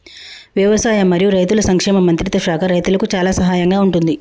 వ్యవసాయం మరియు రైతుల సంక్షేమ మంత్రిత్వ శాఖ రైతులకు చాలా సహాయం గా ఉంటుంది